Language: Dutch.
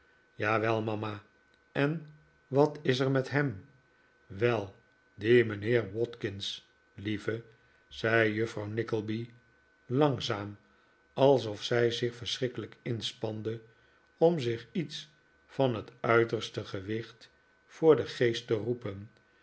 kaatje jawel mama en wat is er met hem wel die mijnheer watkins lieve zei juffrouw nickleby langzaam alsof zij zich verschrikkelijk inspande om zich iets van het uiterste gewicht voor den geest te roepen